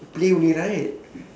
play only right